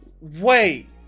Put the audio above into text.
wait